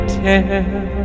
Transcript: tell